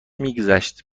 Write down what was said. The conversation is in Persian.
میگذشت